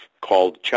called